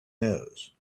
nose